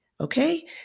Okay